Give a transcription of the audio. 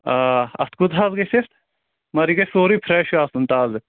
آ اتھ کوٗتاہ حظ گژھِ مگر یہِ گژھِ سورُے فرٛیش آسُن تازٕ